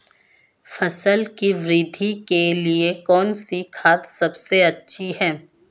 फसल की वृद्धि के लिए कौनसी खाद सबसे अच्छी है?